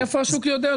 מאיפה השוק יודע?